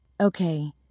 Okay